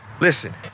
listen